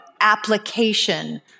application